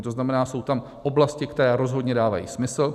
To znamená, jsou tam oblasti, které rozhodně dávají smysl.